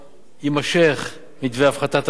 יימשך מתווה הפחתת הגירעון